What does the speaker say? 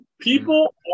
People